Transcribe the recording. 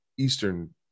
eastern